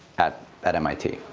at at mit.